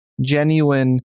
genuine